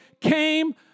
came